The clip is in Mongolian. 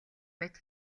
мэт